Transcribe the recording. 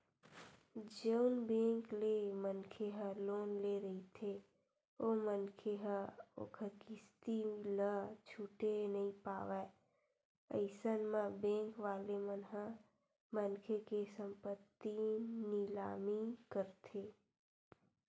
जउन बेंक ले मनखे ह लोन ले रहिथे ओ मनखे ह ओखर किस्ती ल छूटे नइ पावय अइसन म बेंक वाले मन ह मनखे के संपत्ति निलामी करथे